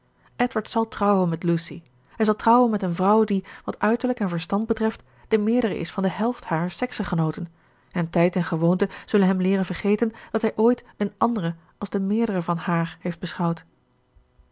edward zal trouwen met lucy hij zal trouwen met een vrouw die wat uiterlijk en verstand betreft de meerdere is van de helft harer seksegenooten en tijd en gewoonte zullen hem leeren vergeten dat hij ooit eene andere als de meerdere van hààr heeft beschouwd